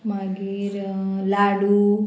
मागीर लाडू